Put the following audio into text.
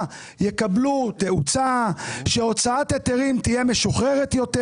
יקבלו תאוצה; שהוצאת ההיתרים תהיה משוחררת יותר.